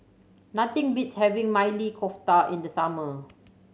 nothing beats having Maili Kofta in the summer